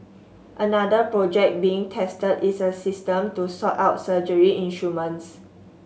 another project being tested is a system to sort out surgery instruments